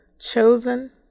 Chosen